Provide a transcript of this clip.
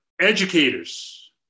educators